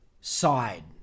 side